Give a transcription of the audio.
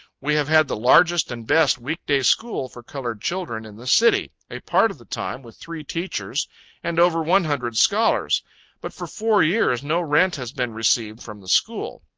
we have had the largest and best week-day school for colored children in the city a part of the time with three teachers and over one hundred scholars but for four years, no rent has been received from the school.